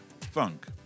funk